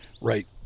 right